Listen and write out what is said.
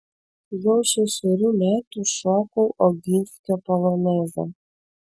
jau šešerių metų šokau oginskio polonezą